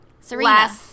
Serena